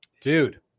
Dude